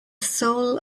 soul